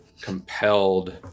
compelled